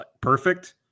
perfect